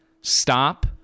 Stop